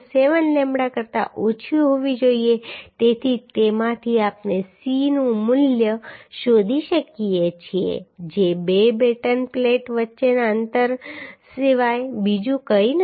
7 lambda કરતાં ઓછી હોવી જોઈએ તેથી તેમાંથી આપણે C નું મૂલ્ય શોધી શકીએ છીએ જે બે બેટન પ્લેટ વચ્ચેના અંતર સિવાય બીજું કંઈ નથી